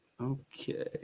okay